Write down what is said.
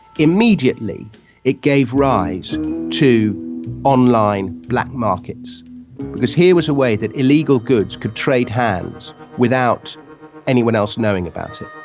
immediately it gave rise to online black markets because here was a way that illegal goods could trade hands without anyone else knowing about it.